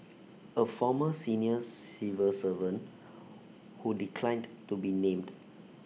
A former seniors civil servant who declined to be named